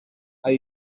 are